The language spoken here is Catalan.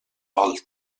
volta